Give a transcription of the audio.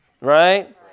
Right